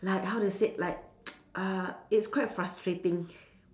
like how to say like uh it's quite frustrating